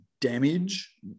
damage